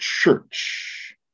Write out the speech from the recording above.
church